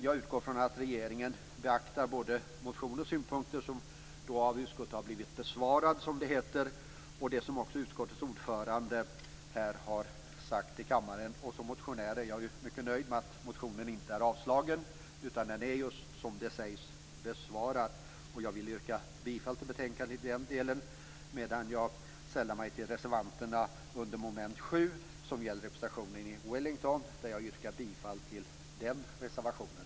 Jag utgår från att regeringen beaktar både motionen - som har blivit besvarad av utskottet, som det heter - och dessa synpunkter och det som också utskottets ordförande har sagt här i kammaren. Som motionär är jag mycket nöjd med att motionen inte avslås. Den är just, som det sägs, besvarad. Jag vill yrka bifall till hemställan i betänkandet i den delen, medan jag sällar mig till reservanterna under mom. 7 som gäller representationen i Wellington. Där yrkar jag bifall till den reservationen.